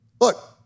Look